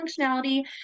functionality